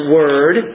word